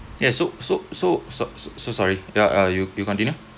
yes so so so sor~ so sorry yeah uh you you continue